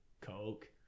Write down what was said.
Coke